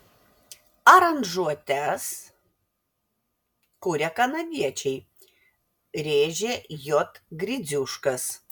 aranžuotes kuria kanadiečiai rėžė j gridziuškas